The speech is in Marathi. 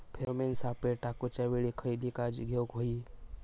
फेरोमेन सापळे टाकूच्या वेळी खयली काळजी घेवूक व्हयी?